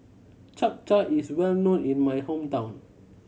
Chap Chai is well known in my hometown